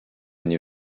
nie